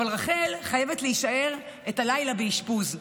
אבל רחל חייבת להישאר בלילה באשפוז.